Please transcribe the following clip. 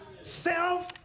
Self